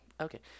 Okay